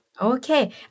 Okay